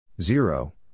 zero